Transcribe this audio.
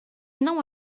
não